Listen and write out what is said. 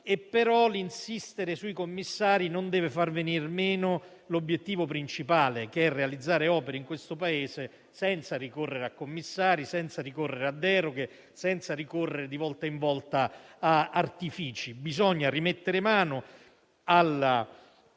Però, l'insistere sui commissari non deve far venir meno l'obiettivo principale, che è realizzare opere in questo Paese senza ricorrere a commissari, senza ricorrere a deroghe, senza ricorrere di volta in volta ad artifici. Bisogna rimettere mano - lo